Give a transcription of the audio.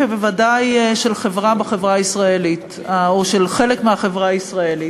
ובוודאי של חברה בחברה הישראלית או של חלק מהחברה הישראלית.